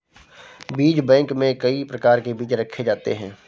बीज बैंक में कई प्रकार के बीज रखे जाते हैं